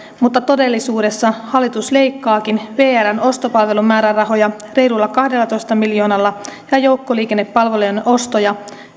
mutta todellisuudessa hallitus leikkaakin vrn ostopalvelumäärärahoja reilulla kahdellatoista miljoonalla ja joukkoliikennepalvelujen ostoja